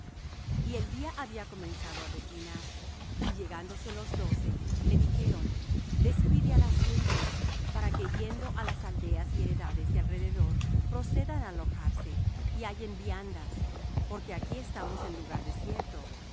y el día había comenzado á declinar y llegándose los doce le dijeron despide á las gentes para que yendo á las aldeas y heredades de alrededor procedan á alojarse y hallen viandas porque aquí estamos en lugar desierto